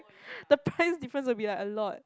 the price difference will be like a lot